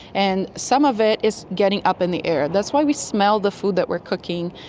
and some of it is getting up in the air. that's why we smell the food that we are cooking,